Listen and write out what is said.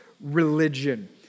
Religion